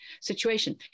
situation